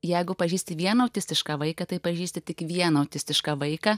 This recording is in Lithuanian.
jeigu pažįsti vieną autistišką vaiką tai pažįsti tik vieną autistišką vaiką